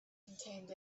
contained